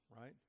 right